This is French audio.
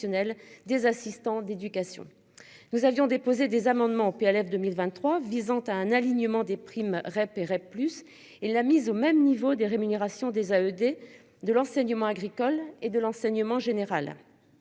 des assistants d'éducation. Nous avions déposé des amendements puis à lèvres 2023 visant à un alignement des primes. Plus et la mise au même niveau des rémunérations des ED de l'enseignement agricole et de l'enseignement général.